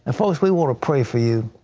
and folks, we want to pray for you.